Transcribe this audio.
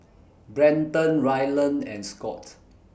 Brenton Ryland and Scot